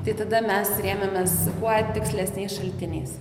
tai tada mes rėmėmės kuo tikslesniais šaltiniais